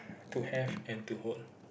to have and to hold